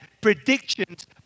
predictions